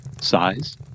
Size